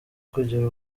kugira